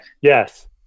Yes